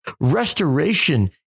restoration